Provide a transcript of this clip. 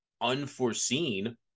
unforeseen